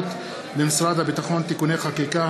דחיית מועד פירעון של הלוואה לדיור ללקוח מובטל),